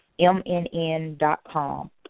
MNN.com